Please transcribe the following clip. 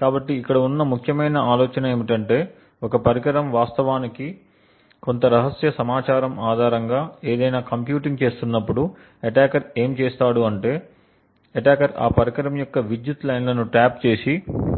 కాబట్టి ఇక్కడ ఉన్న ముఖ్యమైన ఆలోచన ఏమిటంటే ఒక పరికరం వాస్తవానికి కొంత రహస్య సమాచారం ఆధారంగా ఏదైనా కంప్యూటింగ్ చేస్తున్నప్పుడు అటాకర్ ఏమి చేస్తాడు అంటే అటాకర్ ఆ పరికరం యొక్క విద్యుత్ లైన్లను టాప్ చేసి